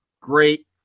great